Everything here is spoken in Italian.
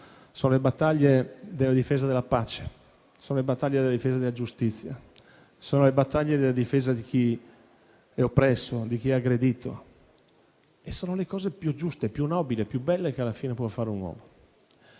sono le battaglie per la difesa della pace, della giustizia, di chi è oppresso e di chi è aggredito e sono le cose più giuste, più nobili e più belle che alla fine può fare un uomo.